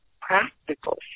practical